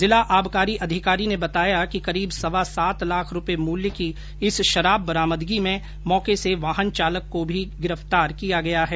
जिला आबकारी अधिकारी ने बताया कि करीब सवा सात लाख रूपये मूल्य की इस शराब बरामदगी में मौके से वाहन चालक को भी गिरफ्तार किया गया है